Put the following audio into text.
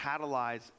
catalyze